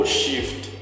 shift